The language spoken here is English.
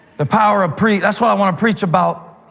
the power of pre. that's what i want to preach about.